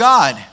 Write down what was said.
God